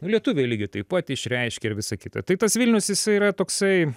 lietuviai lygiai taip pat išreiškia ir visa kita tai tas vilnius jis yra toksai